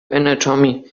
anatomy